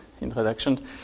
introduction